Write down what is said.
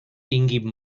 tinguin